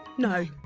no